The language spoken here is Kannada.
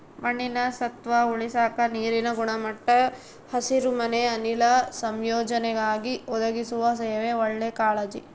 ಮಣ್ಣಿನ ಸತ್ವ ಉಳಸಾಕ ನೀರಿನ ಗುಣಮಟ್ಟ ಹಸಿರುಮನೆ ಅನಿಲ ಸಂಯೋಜನೆಗಾಗಿ ಒದಗಿಸುವ ಸೇವೆ ಒಳ್ಳೆ ಕಾಳಜಿ